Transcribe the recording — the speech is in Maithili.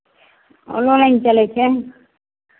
ऑनोलाइन चलै छै